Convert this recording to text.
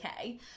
okay